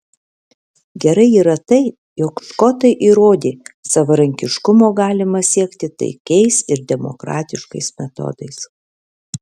gerai yra tai jog škotai įrodė savarankiškumo galima siekti taikiais ir demokratiškais metodais